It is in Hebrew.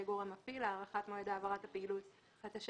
גורם מפעיל (הארכת מועד העברת הפעילות) (תיקון),